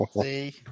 See